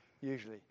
usually